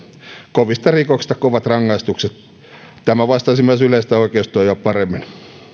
kovista rikoksista kovat rangaistukset tämä vastaisi myös yleistä oikeustajua paremmin